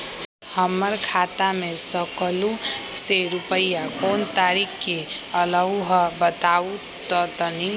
हमर खाता में सकलू से रूपया कोन तारीक के अलऊह बताहु त तनिक?